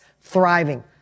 thriving